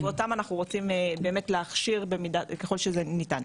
ואותם אנחנו רוצים באמת להכשיר ככל שזה ניתן,